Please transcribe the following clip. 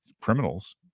criminals